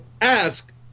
ask